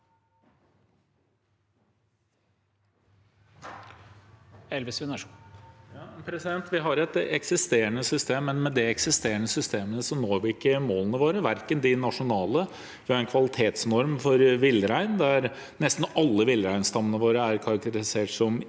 Vi har et eksisterende system, men med det eksisterende systemet når vi ikke målene våre, verken nasjonale eller internasjonale. Vi har en kvalitetsnorm for villrein der nesten alle villreinstammene våre er karakterisert som